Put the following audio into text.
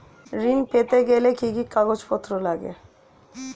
ঋণ পেতে গেলে কি কি কাগজপত্র লাগে?